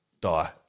die